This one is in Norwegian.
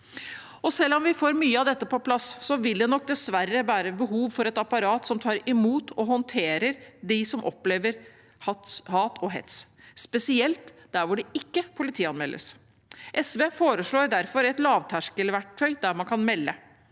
Selv om vi får mye av dette på plass vil det nok dessverre være behov for et apparat som tar imot og håndterer dem som opplever hat og hets, spesielt der det ikke politianmeldes. SV foreslår derfor et lavterskelverktøy man kan bruke